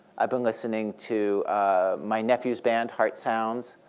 i've been listening to my nephew's band heart sounds.